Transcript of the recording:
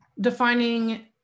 defining